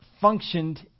functioned